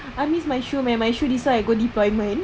I miss my shoe man my shoe this [one] I go deployment